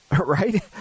right